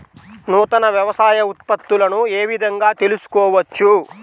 నూతన వ్యవసాయ ఉత్పత్తులను ఏ విధంగా తెలుసుకోవచ్చు?